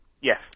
Yes